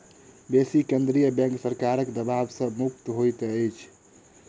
बेसी केंद्रीय बैंक सरकारक दबाव सॅ मुक्त होइत अछि